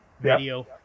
video